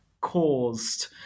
caused